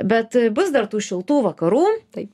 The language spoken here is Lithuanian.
bet bus dar tų šiltų vakarų tai